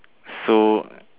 so